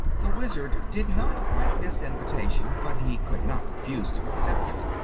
the wizard did not like this invitation, but he could not refuse to accept it.